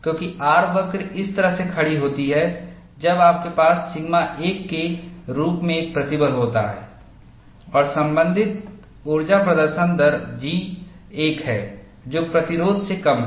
क्योंकि R वक्र इस तरह से खड़ी होती है जब आपके पास सिग्मा 1 के रूप में एक प्रतिबल होता है और संबंधित ऊर्जा प्रदर्शन दर G1 है जो प्रतिरोध से कम है